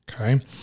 Okay